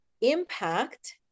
impact